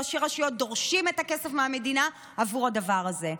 ראשי רשויות דורשים את הכסף מהמדינה עבור הדבר הזה.